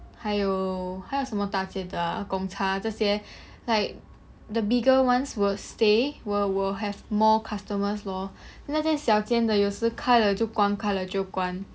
还有还有什么大间的 ah Gongcha 这些 like the bigger ones will stay will will have more customers lor 那些小间的有时开了就关开了就关